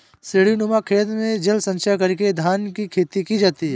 सीढ़ीनुमा खेत में जल संचय करके धान की खेती की जाती है